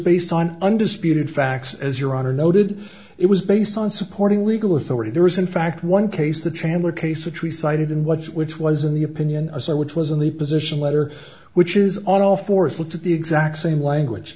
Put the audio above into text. based on undisputed facts as your honor noted it was based on supporting legal authority there was in fact one case the chandler case which we cited in what which was in the opinion which was in the position letter which is on all fours looked at the exact same language